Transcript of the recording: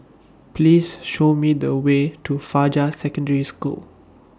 Please Show Me The Way to Fajar Secondary School